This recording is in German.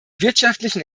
wirtschaftlichen